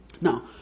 Now